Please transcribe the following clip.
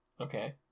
Okay